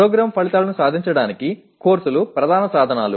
programme ఫలితాలను సాధించడానికి కోర్సులు ప్రధాన సాధనాలు